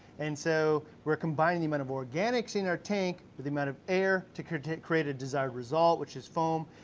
and so we're combining the amount of organics in our tank with the amount of air to create create a desired result, which is foam.